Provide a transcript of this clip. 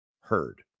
heard